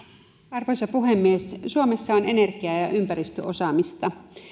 arvoisa puhemies suomessa on energia ja ja ympäristöosaamista